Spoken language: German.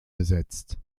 besetzt